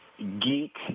geek